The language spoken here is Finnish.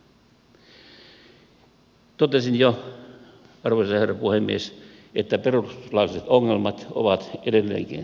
totesin jo arvoisa herra puhemies että perustuslailliset ongelmat ovat edelleenkin ratkaisematta